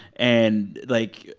and, like,